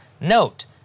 Note